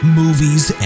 movies